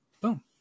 boom